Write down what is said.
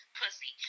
pussy